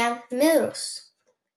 jam mirus